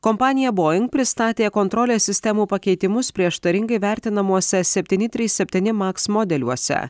kompanija boing pristatė kontrolės sistemų pakeitimus prieštaringai vertinamuose septyni trys septyni maks modeliuose